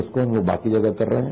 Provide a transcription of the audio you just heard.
उसको हम बाकी जगह कर रहे हैं